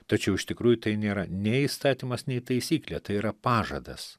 tačiau iš tikrųjų tai nėra nei įstatymas nei taisyklė tai yra pažadas